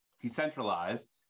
decentralized